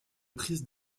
prise